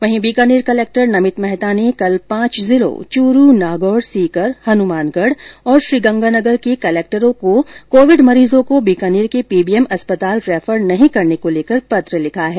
वहीं बीकानेर कलेक्टर नमित मेहता ने कल पांच जिलों चूरू नागौर सीकर हनुमानगढ श्रीगंगानगर कलक्टर को कोविड मरीजों को बीकानेर की पीबीएम अस्पताल रैफर नहीं करने को लेकर पत्र लिखा है